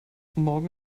morgen